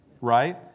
right